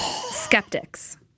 Skeptics